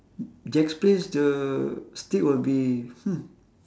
jack's place the steak will be hmm